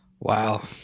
Wow